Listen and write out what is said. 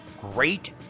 great